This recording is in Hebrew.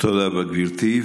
תודה רבה, גברתי.